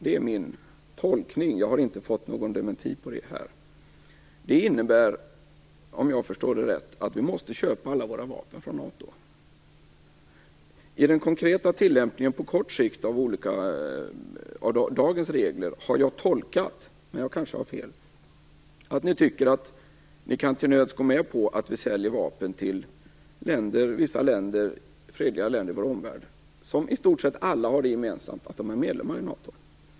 Det är min tolkning. Jag har inte fått någon dementi på det här. Det innebär, om jag förstår det rätt, att vi måste köpa alla våra vapen från NATO. När det gäller den konkreta tillämpningen på kort sikt av dagens regler har jag tolkat, men jag kanske har fel, det så att ni till nöds kan gå med på att vi säljer vapen till vissa fredliga länder i vår omvärld som i stort sett alla har det gemensamt att de är medlemmar i NATO.